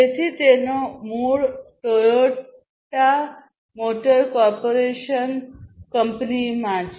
તેથી તેનો મૂળ ટોયોટા મોટર કોર્પોરેશન કંપનીમાં છે